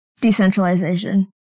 decentralization